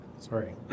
sorry